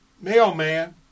Mailman